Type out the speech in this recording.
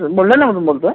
बुलढाण्यावरून बोलतोय